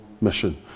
mission